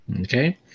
Okay